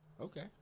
Okay